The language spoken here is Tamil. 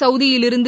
சவுதியிலிருந்து